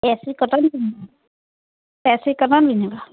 এ C cotton পিন্ধিম A C cotton পিন্ধিবা